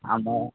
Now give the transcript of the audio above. ଆମ